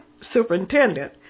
superintendent